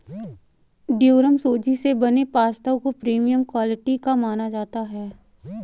durum सूजी से बने पास्ता को प्रीमियम क्वालिटी का माना जाता है